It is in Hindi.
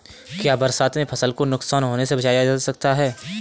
क्या बरसात में फसल को नुकसान होने से बचाया जा सकता है?